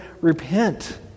repent